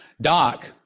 Doc